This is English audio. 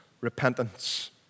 repentance